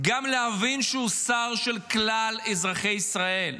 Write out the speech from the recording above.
להבין שהוא שר של כלל אזרחי ישראל.